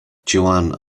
joanne